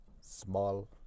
small